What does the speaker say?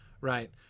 right